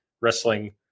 wrestling